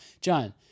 John